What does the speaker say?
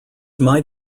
might